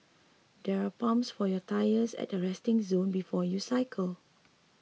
there are pumps for your tyres at the resting zone before you cycle